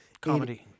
Comedy